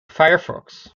firefox